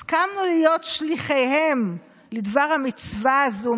הסכמנו להיות שליחיהם לדבר המצווה הזה,